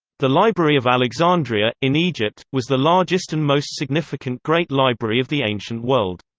the library of alexandria, in egypt, was the largest and most significant great library of the ancient world.